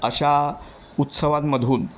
अशा उत्सवांमधून